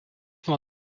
nuo